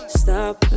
stop